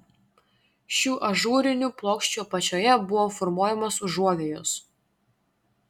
šių ažūrinių plokščių apačioje buvo formuojamos užuovėjos